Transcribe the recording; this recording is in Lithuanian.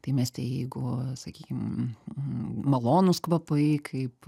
tai mieste jeigu sakykim malonūs kvapai kaip